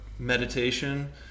meditation